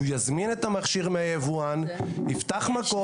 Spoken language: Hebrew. הוא יזמין את המכשיר מהיבואן, יפתח מקום.